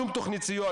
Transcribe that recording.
שום תוכנית סיוע,